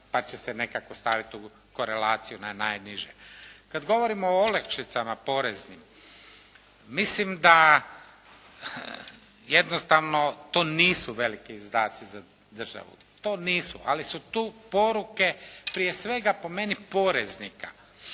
pa će se nekako staviti u korelaciju na najniže. Kada govorimo o olakšicama poreznim, mislim da jednostavno to nisu veliki izdaci za državu. To nisu. Ali su tu poruke prije svega po meni, poreznika.